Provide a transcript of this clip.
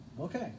Okay